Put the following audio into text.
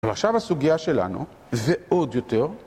אבל עכשיו הסוגיה שלנו, ועוד יותר,